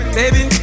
baby